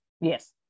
yes